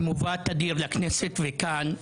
שמובא תדיר לכנסת ולכאן,